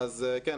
כן,